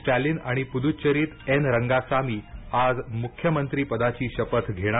स्टॅलिन आणि पुद्च्चेरीत एन रंगासामी आज मुख्यमंत्रीपदाची शपथ घेणार